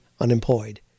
unemployed